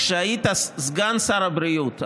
כשהיית סגן שר הבריאות,